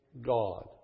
God